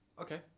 Okay